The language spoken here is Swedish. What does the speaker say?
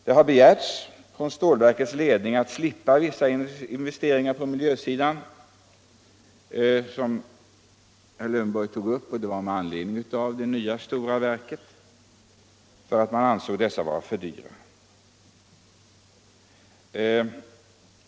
Stålverkets ledning har begärt att få slippa vissa investeringar på miljösidan — vilket herr Lövenborg tog upp — med anledning av det nya stora verket, för man ansåg dessa investeringar vara för dyra.